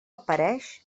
apareix